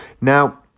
Now